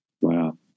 Wow